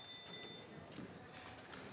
Tak